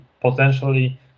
potentially